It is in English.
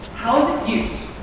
how is it used?